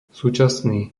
súčasný